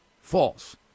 false